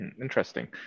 Interesting